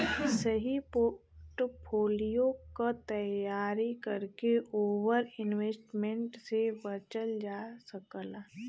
सही पोर्टफोलियो क तैयारी करके ओवर इन्वेस्टमेंट से बचल जा सकला